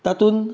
तातूंत